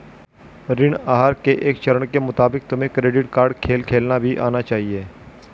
ऋण आहार के एक चरण के मुताबिक तुम्हें क्रेडिट कार्ड खेल खेलना भी आना चाहिए